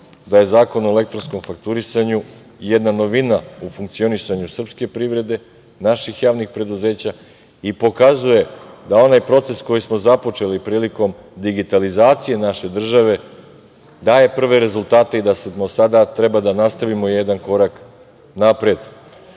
da je Zakon o elektronskom fakturisanju jedna novina u funkcionisanju srpske privrede, naših javnih preduzeća i pokazuje da onaj proces koji smo započeli prilikom digitalizacije naše države, daje prve rezultate i da samo sada treba da nastavimo jedan korak napred